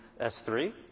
S3